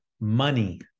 money